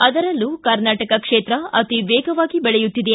ಅದರಲ್ಲೂ ಕೈಗಾರಿಕಾ ಕ್ಷೇತ್ರ ಅತಿ ವೇಗವಾಗಿ ಬೆಳೆಯುತ್ತಿದೆ